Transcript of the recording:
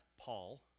Paul